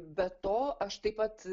be to aš taip pat